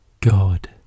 God